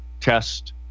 test